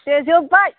दे जोबबाय